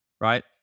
right